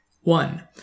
one